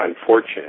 unfortunate